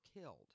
killed